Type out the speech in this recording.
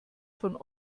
von